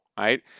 right